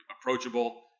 approachable